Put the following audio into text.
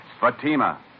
Fatima